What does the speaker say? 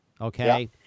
okay